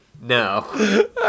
No